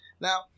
Now